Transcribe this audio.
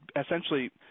essentially